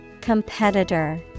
Competitor